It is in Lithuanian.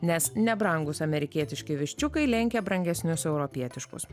nes nebrangūs amerikietiški viščiukai lenkia brangesnius europietiškus